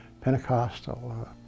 Pentecostal